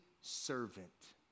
servant